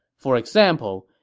for example,